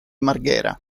marghera